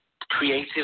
creative